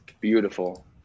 Beautiful